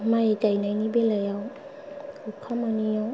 माइ गायनायनि बेलियाव अखा मोनियाव